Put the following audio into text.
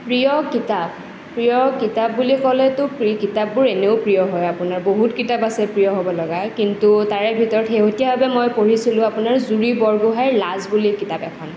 প্ৰিয় কিতাপ প্ৰিয় কিতাপ বুলি ক'লেতো কিতাপবোৰ এনেও প্ৰিয় হয় আপোনাৰ বহুত কিতাপ আছে প্ৰিয় হ'বলগা কিন্তু তাৰে ভিতৰত শেহতীয়াভাৱে মই পঢ়িছিলোঁ আপোনাৰ জুৰি বৰগোহাঁইৰ লাজ বুলি কিতাপ এখন